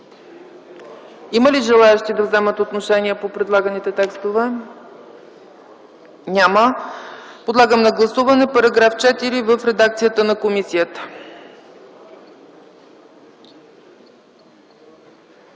Има ли желаещи да вземат отношение по предлаганите текстове? Няма. Подлагам на гласуване § 4 в редакцията на комисията.